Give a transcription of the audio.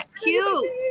cute